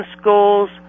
schools